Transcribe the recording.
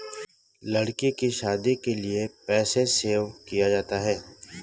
लड़की की शादी के लिए पैसे सेव किया जाता है